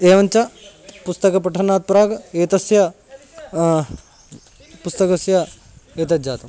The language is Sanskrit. एवञ्च पुस्तकपठनात् प्राग् एतस्य पुस्तकस्य एतज्जातम्